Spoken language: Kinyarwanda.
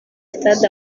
stade